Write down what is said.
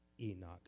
Enoch